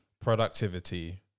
productivity